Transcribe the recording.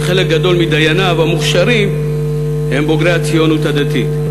וחלק גדול מדייניו המוכשרים הם בוגרי הציונות הדתית.